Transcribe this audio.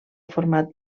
format